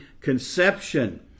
conception